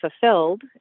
fulfilled